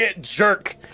jerk